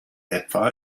etwa